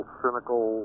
cynical